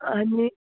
आनी